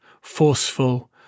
forceful